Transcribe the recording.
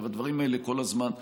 והדברים האלה כל הזמן עולים.